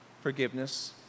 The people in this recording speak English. Forgiveness